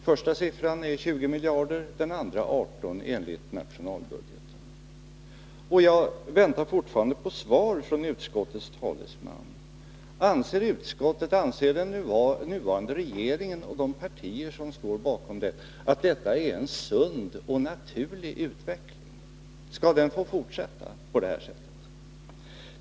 Första siffran är 20 miljarder, den andra 18 enligt nationalbudgeten. Jag väntar fortfarande på svar från utskottets talesman: Anser utskottet och anser den nuvarande regeringen och de partier som står bakom regeringen att detta är en sund och naturlig utveckling? Skall den utvecklingen få fortsätta?